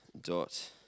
dot